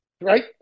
Right